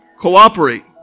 Cooperate